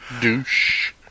Douche